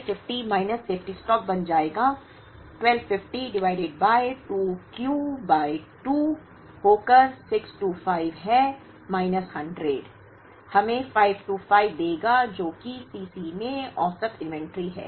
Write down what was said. तो यह 1250 minus safety stock बन जाएगा 1250 डिवाइडेड बाय 2 Q बाय 2 होकर 625 है माइनस 100 हमें 525 देगा जो कि C c में औसत इन्वेंट्री है